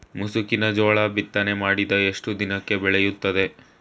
ಮುಸುಕಿನ ಜೋಳ ಬಿತ್ತನೆ ಮಾಡಿದ ಎಷ್ಟು ದಿನಕ್ಕೆ ಬೆಳೆಯುತ್ತದೆ?